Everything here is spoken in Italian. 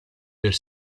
per